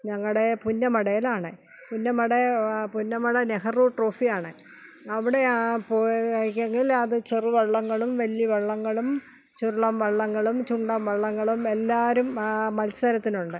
ഞങ്ങളുടെ പുന്നമടയിലാണ് പുന്നമട പുന്നമട നെഹ്റു ട്രോഫി ആണ് അവിടെ ആ പോയെങ്കിൽ ചെറുവള്ളങ്ങളും വലിയ വള്ളങ്ങളും ചുരുളൻ വള്ളങ്ങളും ചുണ്ടൻ വള്ളങ്ങളും എല്ലാവരും മത്സരത്തിനുണ്ട്